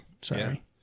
Sorry